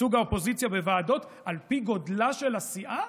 ייצוג האופוזיציה בוועדות על פי גודלה של הסיעה,